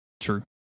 True